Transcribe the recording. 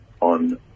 on